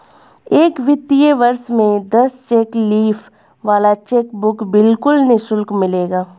एक वित्तीय वर्ष में दस चेक लीफ वाला चेकबुक बिल्कुल निशुल्क मिलेगा